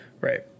Right